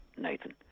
Nathan